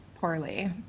poorly